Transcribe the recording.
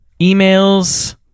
emails